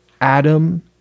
Adam